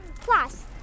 Plus